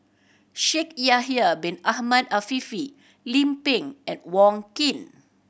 Shaikh Yahya Bin Ahmed Afifi Lim Pin and Wong Keen